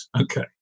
Okay